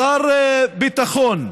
שר ביטחון,